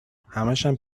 همشم